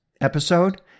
episode